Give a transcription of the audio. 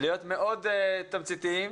להיות מאוד תמציתיים.